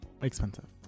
Expensive